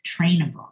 trainable